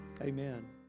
Amen